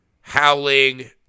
Howling